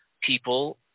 people